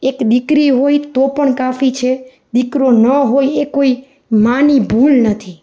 એક દીકરી હોય તો પણ કાફી છે દીકરો ન હોય એ કોઈ માની ભૂલ નથી